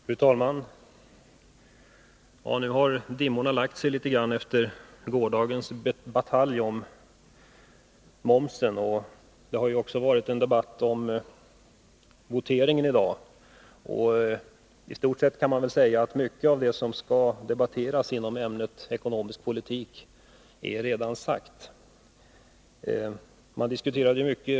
Fru talman! Dimmorna har nu lagt sig efter gårdagens batalj om momsen, Vi har i dag också haft en debatt om voteringen. I stort sett kan man väl säga att mycket av det som skall diskuteras i fråga om ekonomisk politik redan är sagt.